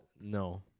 No